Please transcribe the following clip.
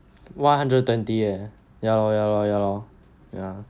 one hundred and twenty eh ya lor ya lor ya lor